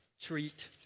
treat